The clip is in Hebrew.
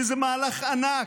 שזה מהלך ענק,